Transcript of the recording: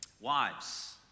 Wives